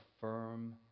firm